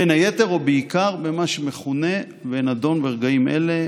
בין היתר, או בעיקר, במה שמכונה ונדון ברגעים אלה,